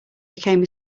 became